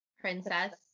princess